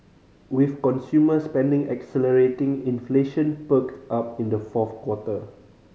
with consumer spending accelerating inflation perked up in the fourth quarter